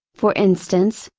for instance,